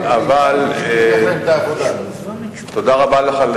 תודה רבה לך,